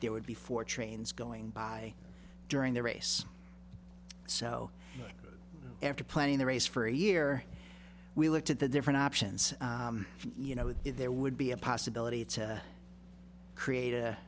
there would be four trains going by during the race so after playing the race for a year we looked at the different options you know there would be a possibility to create a